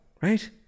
right